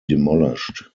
demolished